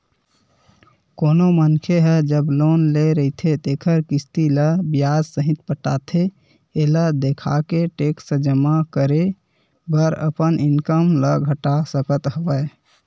कोनो मनखे ह जब लोन ले रहिथे तेखर किस्ती ल बियाज सहित पटाथे एला देखाके टेक्स जमा करे बर अपन इनकम ल घटा सकत हवय